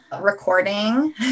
recording